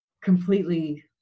completely